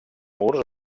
murs